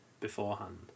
beforehand